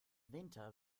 winter